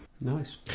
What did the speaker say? nice